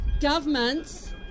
governments